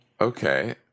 Okay